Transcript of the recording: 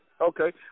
okay